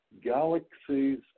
galaxies